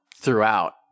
Throughout